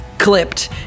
clipped